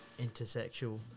intersexual